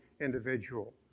individual